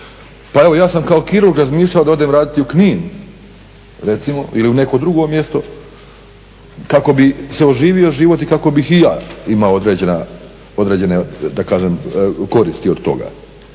Pa evo ja sam kao kirurg razmišljao da odem raditi u Knin recimo ili u neko drugo mjesto kako bi se oživio život i kako bih i ja imao određene da kažem koristi od toga.